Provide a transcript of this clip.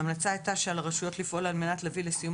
ההמלצה הייתה שעל הרשויות לפעול על מנת להביא לסיום